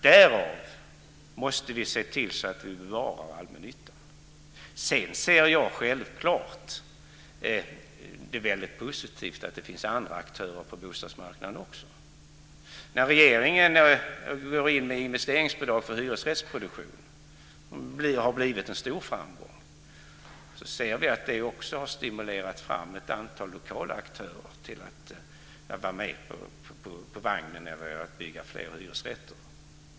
Därför måste vi se till så att vi bevarar allmännyttan. Sedan ser jag det självfallet som väldigt positivt att det finns andra aktörer på bostadsmarknaden också. När regeringen har gått in med investeringsbidrag för hyresrättsproduktion, som har blivit en stor framgång, har det också stimulerat ett antal lokala aktörer till att vara med på vagnen när det gäller att bygga fler hyresrätter.